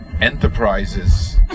enterprises